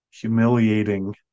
humiliating